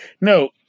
no